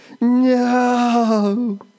No